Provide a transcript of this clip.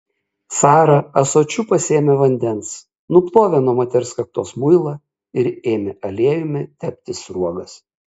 sara ąsočiu pasėmė vandens nuplovė nuo moters kaktos muilą ir ėmė aliejumi tepti sruogas